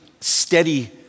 steady